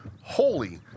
holy